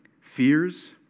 Fears